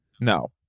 No